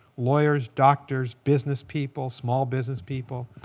lawyers, doctors, business people, small business people.